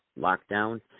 Lockdown